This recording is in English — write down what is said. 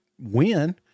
win